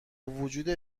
وجود